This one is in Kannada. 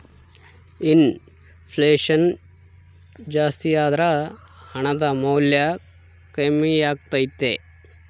ಇನ್ ಫ್ಲೆಷನ್ ಜಾಸ್ತಿಯಾದರ ಹಣದ ಮೌಲ್ಯ ಕಮ್ಮಿಯಾಗತೈತೆ